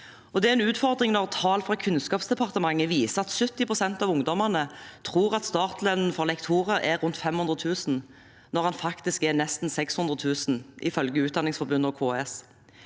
Det er en utfordring når tall fra Kunnskapsdepartementet viser at 70 pst. av ungdommene tror at startlønnen for lektorer er rundt 500 000 kr, når den faktisk er nesten 600 000 kr, ifølge Utdanningsforbundet og KS.